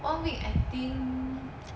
one week I think